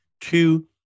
Two